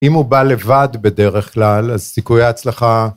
אם הוא בא לבד בדרך כלל, אז סיכויי ההצלחה...